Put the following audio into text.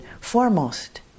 foremost